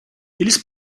eles